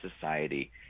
society